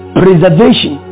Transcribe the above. preservation